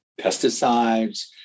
pesticides